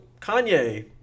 Kanye